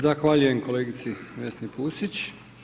Zahvaljujem kolegici Vesni Pusić.